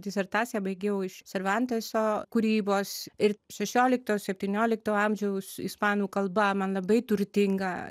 disertaciją baigiau iš servanteso kūrybos ir šešiolikto septyniolikto amžiaus ispanų kalba man labai turtinga